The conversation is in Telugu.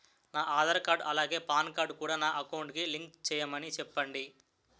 నా ఆధార్ కార్డ్ అలాగే పాన్ కార్డ్ కూడా నా అకౌంట్ కి లింక్ చేయమని చెప్పండి